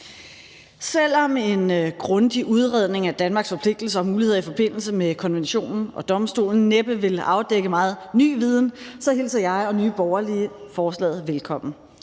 Selv om en grundig udredning af Danmarks forpligtelser og muligheder i forbindelse med konventionen og domstolen næppe vil afdække meget ny viden, hilser jeg og Nye Borgerlige forslaget velkommen.